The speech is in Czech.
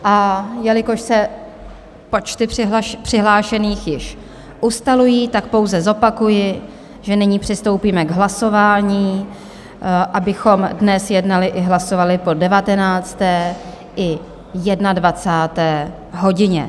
A jelikož se počty přihlášených již ustalují, tak pouze zopakuji, že nyní přistoupíme k hlasování, abychom dnes jednali i hlasovali po devatenácté i jedenadvacáté hodině.